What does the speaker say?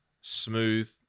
smooth